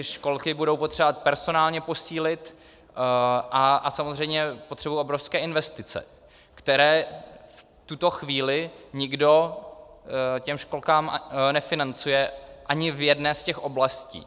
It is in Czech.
Školky budou potřebovat personálně posílit a samozřejmě potřebují obrovské investice, které v tuto chvíli nikdo školkám nefinancuje ani v jedné z těch oblastí.